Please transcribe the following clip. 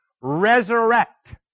resurrect